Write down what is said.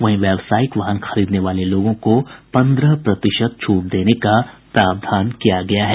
वहीं व्यावसायिक वाहन खरीदने वाले लोगों को पंद्रह प्रतिशत छूट देने का प्रावधान किया गया है